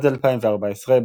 עד 2014,